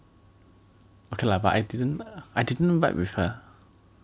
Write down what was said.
okay lah but I didn't I didn't vibe with her